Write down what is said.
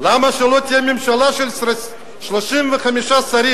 "למה שלא תהיה ממשלה של 35 שרים?